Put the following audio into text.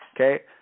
Okay